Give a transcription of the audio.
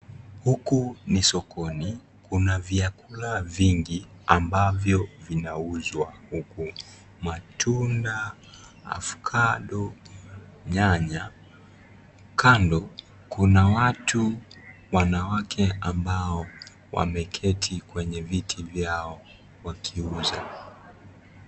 Huku ni sokoni, kuna vyakula vingi ambavyo vinauzwa huku. Matunda, avocado, nyanya, kando kuna watu wanawake ambao wameketi kwenye viti vyao wakiuza.